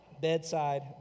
Bedside